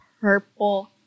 purple